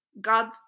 God